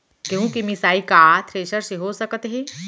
गेहूँ के मिसाई का थ्रेसर से हो सकत हे?